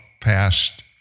past